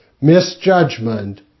misjudgment